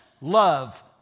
love